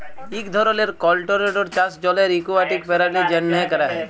ইক ধরলের কলটোরোলড চাষ জলের একুয়াটিক পেরালিদের জ্যনহে ক্যরা হ্যয়